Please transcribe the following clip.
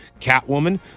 Catwoman